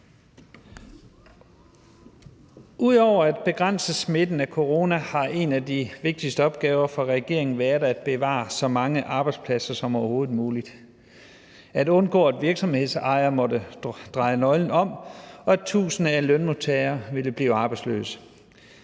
Ud over at begrænse smitten af corona har en af de vigtigste opgaver for regeringen været at bevare så mange arbejdspladser som overhovedet muligt – at undgå, at virksomhedsejere måtte dreje nøglen om, og at tusinder af lønmodtagere ville blive arbejdsløse.